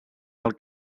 pel